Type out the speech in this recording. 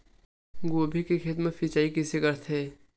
गोभी के खेत मा सिंचाई कइसे रहिथे?